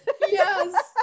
Yes